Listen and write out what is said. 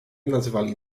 nazywali